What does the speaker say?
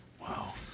Wow